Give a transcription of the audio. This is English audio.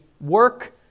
work